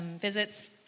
visits